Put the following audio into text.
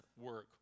work